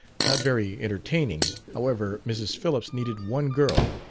not very entertaining however, mrs. phillips needed one girl,